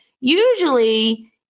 Usually